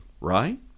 right